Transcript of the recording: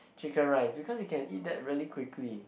Chicken Rice because you can eat that very quickly